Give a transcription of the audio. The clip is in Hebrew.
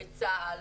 לצה"ל,